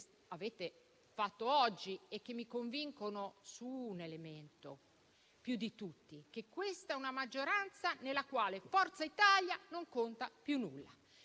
avete fatto oggi, mi convinco di un elemento, ovvero che questa è una maggioranza nella quale Forza Italia non conta più nulla,